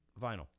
vinyl